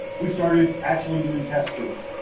we started actually doing test tours,